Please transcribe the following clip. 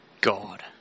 god